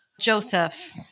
Joseph